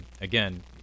Again